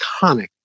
iconic